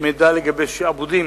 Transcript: מידע לגבי שעבודים